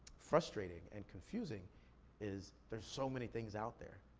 frustrating and confusing is there's so many things out there.